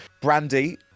Brandy